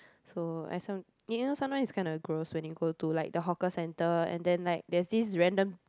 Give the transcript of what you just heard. so as long you know sometimes it's kind of gross when you go to like the hawker center and then like there's this random